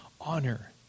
honor